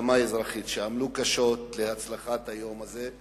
שעמלו קשות להצלחת היום הזה,